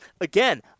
Again